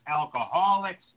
alcoholics